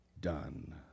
done